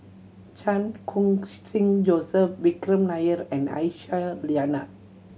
Chan Khun Sing Joseph Vikram Nair and Aisyah Lyana